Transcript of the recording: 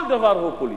כל דבר הוא פוליטי.